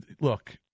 look